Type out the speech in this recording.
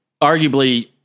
arguably